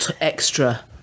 extra